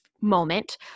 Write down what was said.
moment